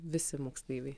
visi moksleiviai